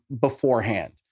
beforehand